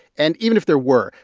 and even if there were,